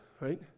right